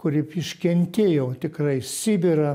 kuri iškentėjo tikrai sibirą